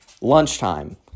lunchtime